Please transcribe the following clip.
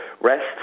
rest